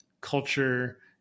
culture